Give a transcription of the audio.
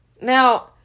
Now